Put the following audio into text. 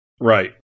Right